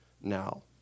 now